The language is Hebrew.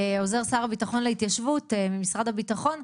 עוזר שר הביטחון להתיישבות ממשרד הביטחון.